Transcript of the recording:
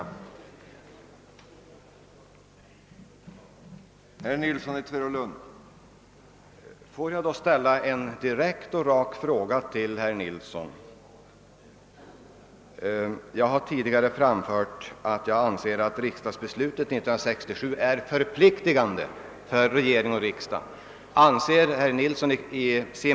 Men det måste ske en samlad prövning av olika projekt.